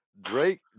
Drake